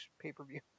pay-per-view